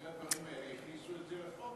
אחרי הדברים האלה הכניסו את זה לחוק.